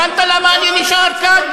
הבנת למה אני נשאר כאן?